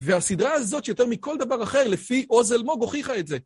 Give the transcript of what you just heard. והסדרה הזאת, שיותר מכל דבר אחר, לפי עוז אלמוג, הוכיחה את זה.